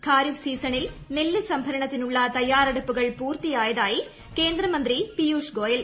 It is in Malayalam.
ഖാരിഫ് സീസണിൽ നെബ്സ് സ്ംഭരണത്തിനുള്ള തയ്യാറെടുപ്പുകൾ പൂർത്തിയായതായി കേന്ദ്ര മന്ത്രി പിയൂഷ് ഗോയൽ